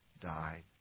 died